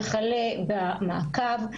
וכלה במעקב.